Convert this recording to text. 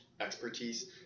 expertise